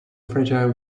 fragile